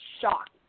shocked